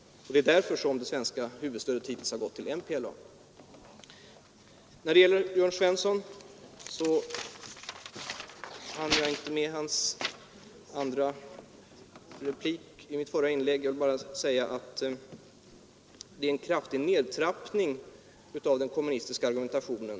Det är därför som huvuddelen av det svenska stödet har gått till MPLA. Jag hann inte med Jörn Svenssons replik i mitt förra inlägg. Jag vill nu bara säga att det just nu sker en kraftig nedtrappning av den kommunistiska argumentationen.